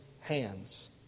hands